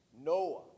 Noah